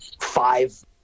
five